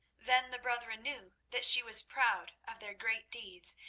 then the brethren knew that she was proud of their great deeds,